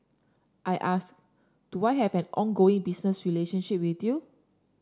I asked do I have an ongoing business relationship with you